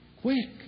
Quick